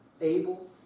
Abel